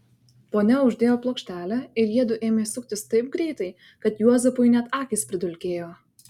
ponia uždėjo plokštelę ir jiedu ėmė suktis taip greitai kad juozapui net akys pridulkėjo